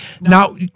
Now